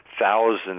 Thousands